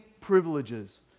privileges